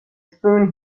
spoon